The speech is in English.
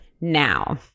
Now